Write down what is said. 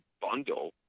bundle